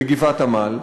בגבעת-עמל,